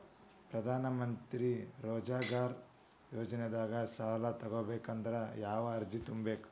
ಪ್ರಧಾನಮಂತ್ರಿ ರೋಜಗಾರ್ ಯೋಜನೆದಾಗ ಸಾಲ ತೊಗೋಬೇಕಂದ್ರ ಯಾವ ಅರ್ಜಿ ತುಂಬೇಕು?